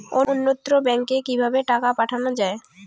অন্যত্র ব্যংকে কিভাবে টাকা পাঠানো য়ায়?